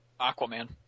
Aquaman